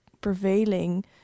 prevailing